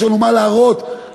יש לנו מה להראות לאנשים,